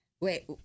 Wait